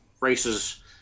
races